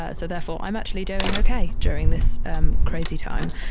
ah so therefore i'm actually doing okay during this um crazy time.